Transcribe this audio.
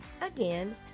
again